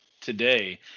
today